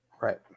right